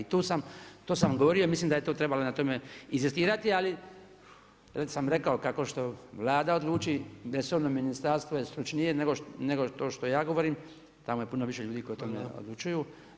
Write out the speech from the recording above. To sam govorio i mislim da je na tome trebalo inzistirati, ali već sam rekao kako što Vlada odluči resorno ministarstvo je stručnije nego to što ja govorim, tamo je puno više ljudi koji o tome odlučuju.